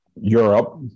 Europe